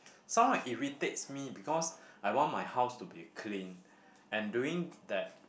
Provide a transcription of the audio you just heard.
somehow irritate me because I want my house to be clean and during that